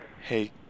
hey